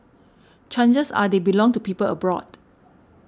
chances are they belong to people abroad